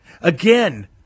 again